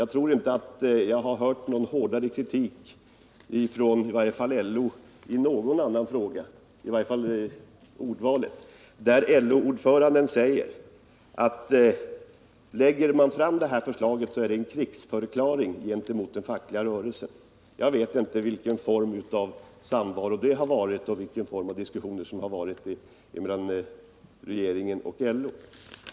Jag tror inte att jag har hört hårdare kritik från i varje fall LO i någon annan fråga, åtminstone när det gäller ordvalet. LO-ordföranden sade ju att lägger regeringen fram det här förslaget så är det en krigsförklaring gentemot den fackliga rörelsen. Jag vet inte vilket slags samråd och vilka diskussioner som har förekommit mellan regeringen och LO.